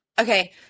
Okay